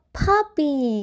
puppy